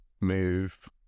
move